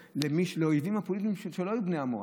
לאויבים הפוליטיים שלא היו בני עמו.